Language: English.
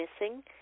missing